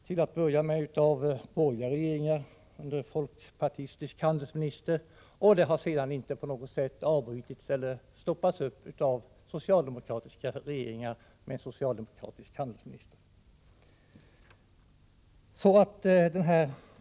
Till att börja med beviljades de av borgerliga regeringar med folkpartistisk handelsminister, och detta har sedan icke på något sätt avbrutits av den socialdemokratiska regeringen med en socialdemokratisk handelsminister.